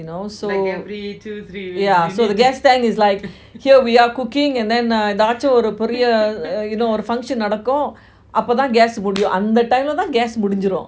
you know so yeah so you know the gas tank is like here you are cooking and then Ekadashi ஒரு பெரிய:eathachi oru periya you know the function நாடாகும் அப்போ தான்:nadakum apo thaan gas முடியும் அந்த:mudiyum antha time lah தான்:thaan gas முடிஞ்சிடும்:mudinjidum